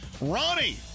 Ronnie